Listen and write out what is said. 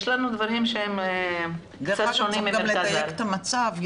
יש דברים ש- -- צריך גם לדייק את המצב.